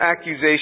accusation